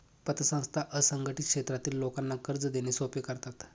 पतसंस्था असंघटित क्षेत्रातील लोकांना कर्ज देणे सोपे करतात